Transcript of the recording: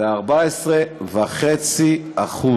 ב-14.5%.